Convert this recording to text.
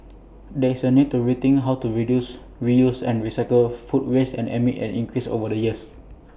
there is A need to rethink how to reduce reuse and recycle food waste amid an increase over the years